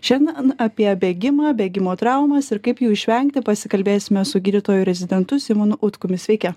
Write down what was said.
šiandien apie bėgimą bėgimo traumas ir kaip jų išvengti pasikalbėsime su gydytoju rezidentu simonu utkumi sveiki